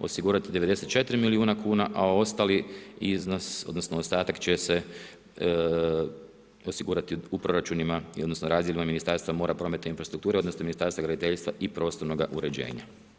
osigurati 94 milijuna kuna a ostali iznos, odnosno ostatak će se osigurati u proračunima, odnosno u … Ministarstva mora, prometa i infrastrukture odnosno Ministarstva graditeljstva i prostornoga uređenja.